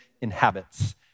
inhabits